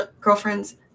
Girlfriends